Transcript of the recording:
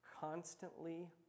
constantly